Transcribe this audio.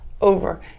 over